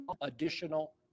additional